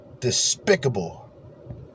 despicable